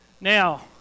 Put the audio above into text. Now